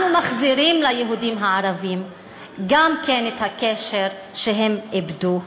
אנחנו מחזירים ליהודים הערבים גם כן את הקשר שהם איבדו.